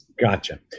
Gotcha